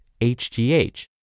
HGH